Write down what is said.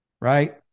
right